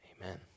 Amen